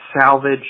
salvage